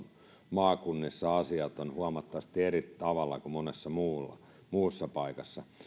maakunnissa asiat ovat huomattavasti eri tavalla kuin monessa muussa paikassa